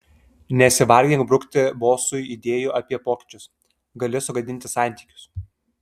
nesivargink brukti bosui idėjų apie pokyčius gali sugadinti santykius